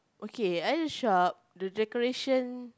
okay at the shop the decoration